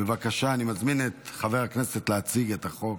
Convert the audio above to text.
בבקשה, אני מזמין את חבר הכנסת להציג את החוק.